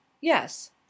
yes